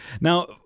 Now—